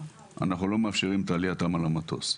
אנחנו לא מאפשרים את עלייתם על המטוס.